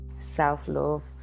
self-love